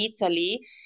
italy